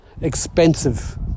expensive